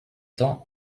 temps